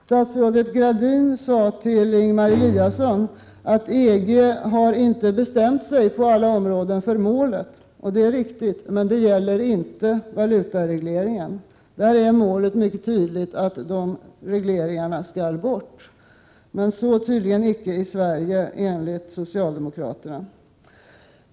Statsrådet Gradin sade till Ingemar Eliasson att EG inte har bestämt sig på alla områden för målet. Det är riktigt, men det gäller inte valutaregleringarna. Där är målet mycket tydligt — att de regleringarna skall bort. Men så tydligen icke i Sverige, enligt socialdemokraterna.